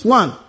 one